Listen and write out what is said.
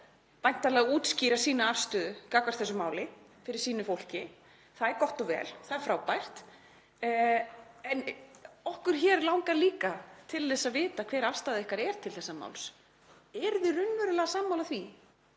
til þess væntanlega að útskýra afstöðu sína gagnvart þessu máli fyrir sínu fólki. Það er gott og vel, það er frábært, en okkur hér langar líka til að vita hver afstaða ykkar er til þessa máls. Eruð þið raunverulega sammála því